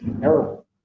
terrible